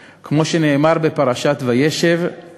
כמו שתיארה יפה עמיתתי חברת הכנסת סויד.